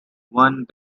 one